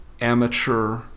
amateur